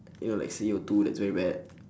you know like C_O two that's very bad